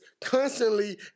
constantly